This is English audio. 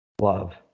love